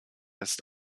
ist